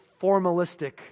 formalistic